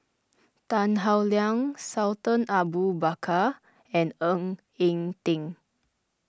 Tan Howe Liang Sultan Abu Bakar and Ng Eng Teng